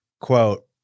Quote